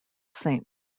saint